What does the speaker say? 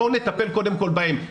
בואו נטפל קודם כל בהם.